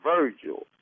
Virgil